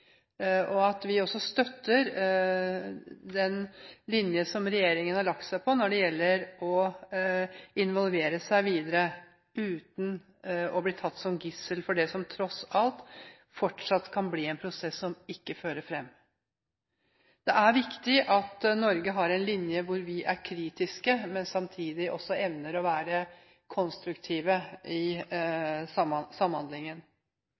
og at vi også støtter den linjen som regjeringen har lagt seg på når det gjelder å involvere seg videre – uten å bli tatt som gissel for det som tross alt fortsatt kan bli en prosess som ikke fører fram. Det er viktig at Norge har en linje hvor vi er kritiske, men samtidig evner å være konstruktive i samhandlingen.